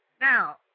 Now